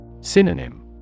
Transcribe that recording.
Synonym